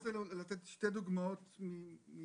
אני רוצה לתת שתי דוגמאות מאתמול.